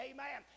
Amen